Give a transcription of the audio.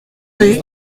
rue